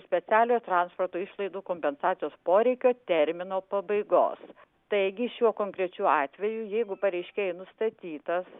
specialiojo transporto išlaidų kompensacijos poreikio termino pabaigos taigi šiuo konkrečiu atveju jeigu pareiškėjui nustatytas